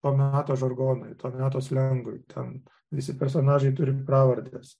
to meto žargonui to meto slengui ten visi personažai turi pravardes